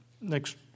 next